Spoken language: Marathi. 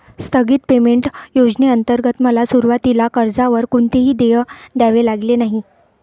स्थगित पेमेंट योजनेंतर्गत मला सुरुवातीला कर्जावर कोणतेही देय द्यावे लागले नाही